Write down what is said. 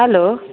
hello